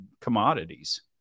commodities